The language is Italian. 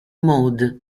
mod